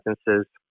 sentences